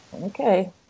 Okay